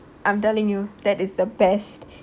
I'm telling you that is the best